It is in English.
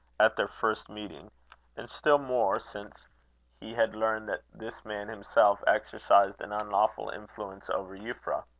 at their first meeting and still more since he had learned that this man himself exercised an unlawful influence over euphra.